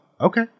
okay